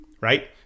right